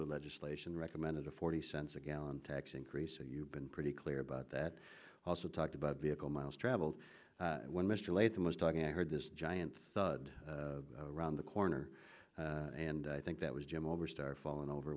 legislation recommended a forty cents a gallon tax increase you've been pretty clear about that also talked about vehicle miles traveled when mr latham was talking i heard this giant thud around the corner and i think that was jim oberstar falling over